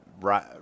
right